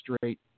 straight